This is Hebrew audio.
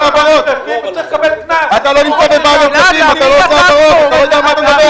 הכספים, אתה לא יודע על מה אתה מדבר.